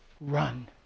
run